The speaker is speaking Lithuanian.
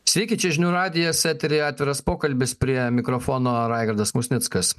sveiki čia žinių radijas eteryje atviras pokalbis prie mikrofono raigardas musnickas